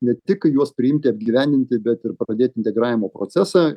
ne tik juos priimti apgyvendinti bet ir pradėti integravimo procesą